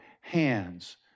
hands